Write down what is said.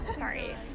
Sorry